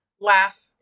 laugh